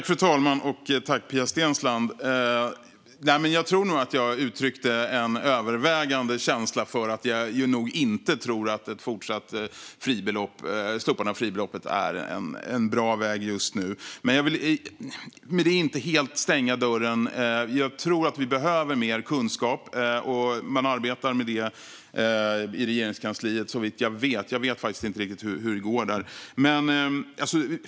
Fru talman! Tack, Pia Steensland! Jag tror nog att jag övervägande uttryckte en känsla av att jag nog inte tror att ett fortsatt slopande av fribeloppet är en bra väg just nu. Jag vill med detta inte helt stänga dörren. Jag tror att vi behöver mer kunskap, och såvitt jag vet arbetar man med det i Regeringskansliet. Jag vet faktiskt inte riktigt hur det går där.